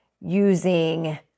using